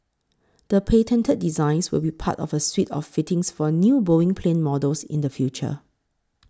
the patented designs will be part of a suite of fittings for new Boeing plane models in the future